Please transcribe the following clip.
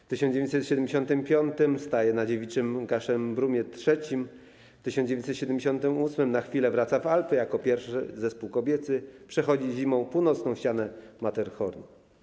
W 1975 r. staje na dziewiczym Gaszerbrumie III, w 1978 r. na chwilę wraca w Alpy, jako pierwszy zespół kobiecy przechodzi zimą północną ścianę Matterhornu.